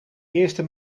eerste